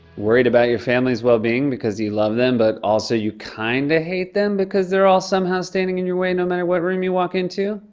worried about your family's well-being because you love them, but also, you kinda kind of hate them because they're all somehow standing in your way, no matter what room you walk into?